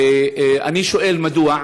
ואני שואל מדוע,